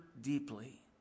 deeply